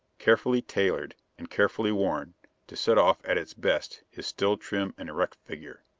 carefully tailored and carefully worn to set off at its best his still trim and erect figure.